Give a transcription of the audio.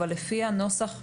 אבל לפי הנוסח הנוכחי,